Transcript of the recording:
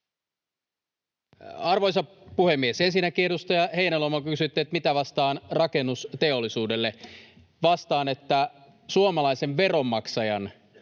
Arvoisa puhemies! Ensinnäkin edustaja Heinäluoma, kysyitte, mitä vastaan rakennusteollisuudelle. Vastaan, että suomalaisen veronmaksajan